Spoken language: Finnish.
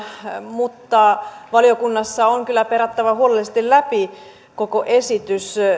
mutta valiokunnassa on kyllä perattava huolellisesti läpi koko esitys